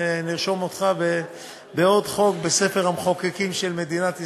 ונרשום אותך בעוד חוק בספר המחוקקים של מדינת ישראל.